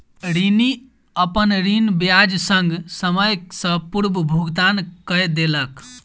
ऋणी, अपन ऋण ब्याज संग, समय सॅ पूर्व भुगतान कय देलक